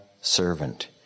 servant